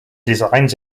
designs